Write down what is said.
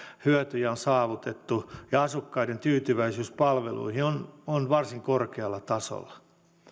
hyötyjä on saavutettu ja asukkaiden tyytyväisyys palveluihin on on varsin korkealla tasolla